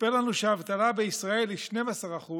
סיפר לנו שהאבטלה בישראל היא 12%,